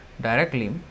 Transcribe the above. directly